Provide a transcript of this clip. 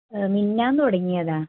മിനിങ്ങാന്ന് തുടങ്ങിയതാണ്